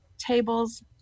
Tables